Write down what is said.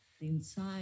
Inside